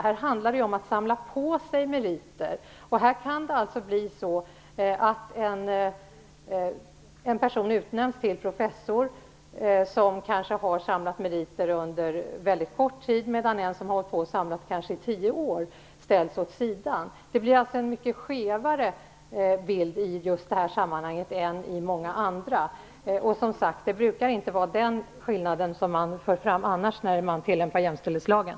Det handlar om att samla på sig meriter. Det kan bli så att en person som kanske har samlat meriter under väldigt kort tid utnämns till professor, medan en som har samlat meriter i tio år ställs åt sidan. Det blir alltså en mycket skevare bild i just detta sammanhang än i många andra. Det brukar som sagt inte vara den skillnaden som man för fram annars när man tillämpar jämställdhetslagen.